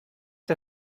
der